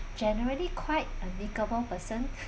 generally quite a makeable person